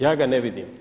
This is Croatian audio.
Ja ga ne vidim.